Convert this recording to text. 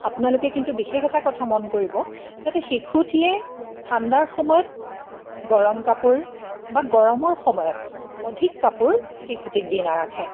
আপোনালোকে কিন্তু বিশেষ এটা কথা মন কৰিব যাতে শিশুটিয়ে ঠাণ্ডাৰ সময়ত গৰম কাপোৰ বা গৰমৰ সময়ত অধিক কাপোৰ শিশুটিক দি নাৰাখে